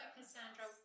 Cassandra